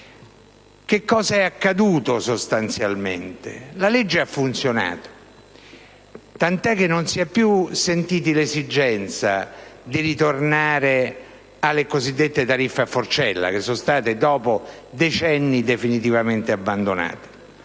Che cosa è accaduto sostanzialmente? La legge ha funzionato, tant'è che non si è più sentita l'esigenza di ritornare alle cosiddette tariffe a forcella, che sono state, dopo decenni, definitivamente abbandonate.